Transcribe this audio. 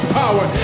power